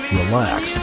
relax